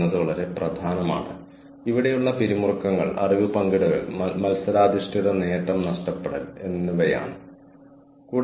ഈ മുഴുവൻ കാര്യവും ആരംഭിക്കുന്നതിലും മുന്നോട്ട് കൊണ്ടുപോകുന്നതിലും ചില അഡ്മിനിസ്ട്രേറ്റീവ് പ്രക്രിയകൾ ഉൾപ്പെടുന്നു